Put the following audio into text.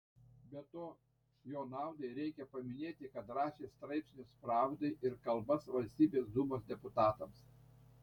be to jo naudai reikia paminėti kad rašė straipsnius pravdai ir kalbas valstybės dūmos deputatams